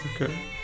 Okay